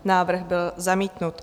Návrh byl zamítnut.